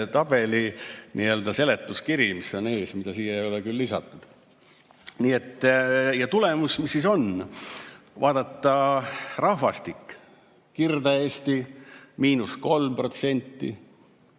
tabeli seletuskiri, mis on ees, mida siia ei ole küll lisatud. Ja tulemus, mis siis on? Kui vaadata rahvastikku, siis Kirde-Eesti miinus 3%, Kesk-Eesti